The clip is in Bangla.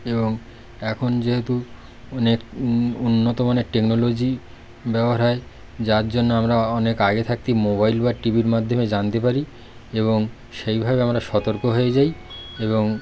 এবং এখন যেহেতু অনেক উন্নতমানের টেকনোলজি ব্যবহার হয় যার জন্য আমরা অনেক আগে থাকতেই মোবাইল বা টিভির মাধ্যমে জানতে পারি এবং সেইভাবে আমরা সতর্ক হয়ে যাই এবং